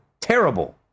terrible